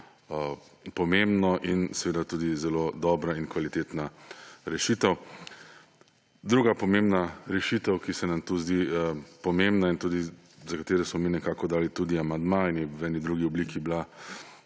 pomembno in tudi zelo dobra in kvalitetna rešitev. Druga pomembna rešitev, ki se nam zdi pomembna in za katero smo mi dali tudi amandma in je bila v eni drugi obliki